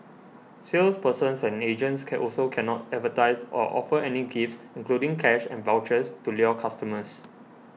salespersons and agents can also cannot advertise or offer any gifts including cash and vouchers to lure customers